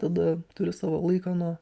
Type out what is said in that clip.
tada turi savo laiką nuo